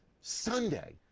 Sunday